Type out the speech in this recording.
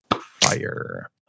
fire